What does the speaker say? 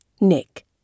Nick